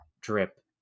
drip